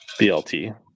BLT